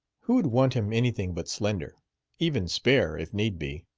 who would want him anything but slender even spare, if need be.